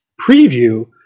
preview